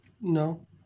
no